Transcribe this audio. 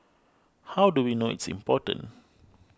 how do we know it's important